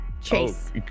chase